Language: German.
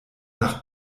nach